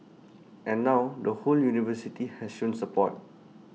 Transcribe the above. and now the whole university has shown support